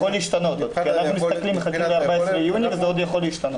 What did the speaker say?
אנחנו מחכים ל-14 ביוני וזה עוד יכול להשתנות.